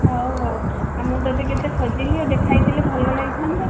ହେଉ ହେଉ ଆଉ ମୁଁ ତୋତେ କେତେ ଖୋଜିଲି ଆଉ ଦେଖା ହେଇଥିଲେ ଭଲ ଲାଗିଥାନ୍ତା